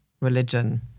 religion